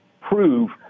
prove